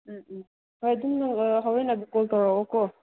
ꯎꯝ ꯎꯝ ꯍꯣꯏ ꯑꯗꯨꯝ ꯅꯪ ꯍꯣꯔꯦꯟ ꯑꯗꯨꯝ ꯀꯣꯜ ꯇꯧꯔꯛꯂꯣꯀꯣ